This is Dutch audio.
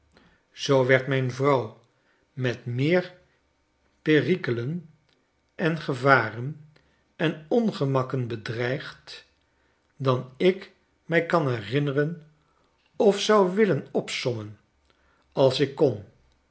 zoo werd mijn vrouw met meer perijkelen en gevaren en ongemakken bedreigd dan ik mi kan herinneren of zou willen opsommen als ik kon